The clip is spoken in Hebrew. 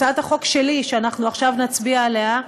הצעת החוק שלי, שאנחנו עכשיו נצביע עליה,